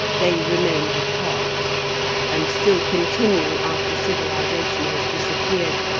they remained apart and still continue after civilization has disappeared,